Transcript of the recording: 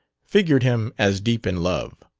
figured him as deep in love.